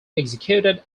executed